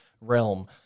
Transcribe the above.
realm